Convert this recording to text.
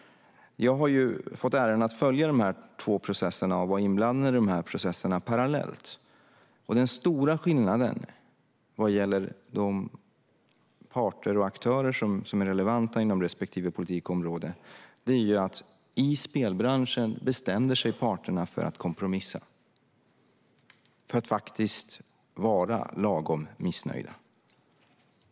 Jag har fått äran att följa och vara inblandad i dessa två processer parallellt. Den stora skillnaden vad gäller de parter och aktörer som är relevanta inom respektive politikområde är att parterna i spelbranschen faktiskt bestämde sig för att kompromissa och bli lagom missnöjda.